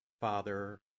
Father